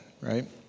right